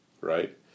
Right